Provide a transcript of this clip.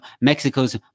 Mexico's